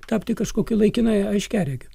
tapti kažkokiu laikinai aiškiaregiu